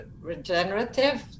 regenerative